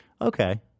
Okay